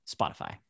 Spotify